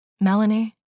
Melanie